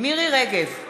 מירי רגב,